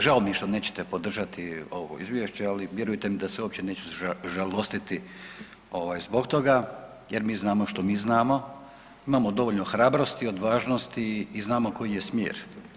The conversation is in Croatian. Žao mi je što nećete podržati ovo izvješće, ali vjerujte mi da se uopće neću žalostiti ovaj zbog toga jer mi znamo što mi znamo, imamo dovoljno hrabrosti, odvažnosti i znamo koji je smjer.